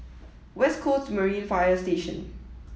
West Coast Marine Fire Station